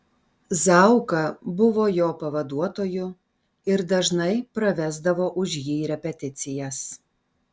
zauka buvo jo pavaduotoju ir dažnai pravesdavo už jį repeticijas